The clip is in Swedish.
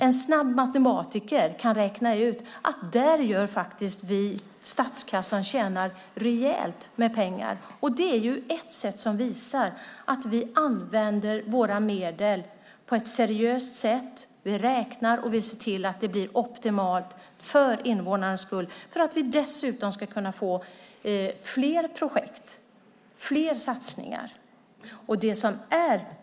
En matematiker kan snabbt räkna ut att statskassan tjänar rejält med pengar. Det visar att vi använder medlen på ett seriöst sätt. Vi räknar och ser till att det blir optimalt för invånarna så att vi kan få fler projekt och göra fler satsningar.